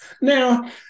Now